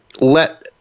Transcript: let